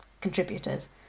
contributors